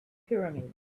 pyramids